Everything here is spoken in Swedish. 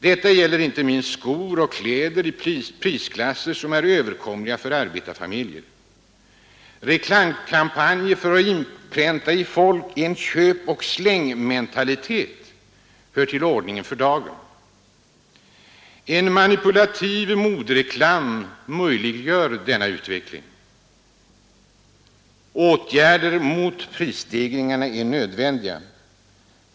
Detta gäller inte minst skor och kläder i prisklasser som är överkomliga för arbetarfamiljer. Reklamkampanjer för att inpränta i folk en ”köpoch slängmentalitet” hör till ordningen för dagen. En manipulativ modereklam möjliggör denna utveckling. Åtgärder mot råvaror och framställningsprocesser, vilka inte motsvaras av pris prisstegringarna är nödvändiga.